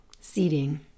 Seating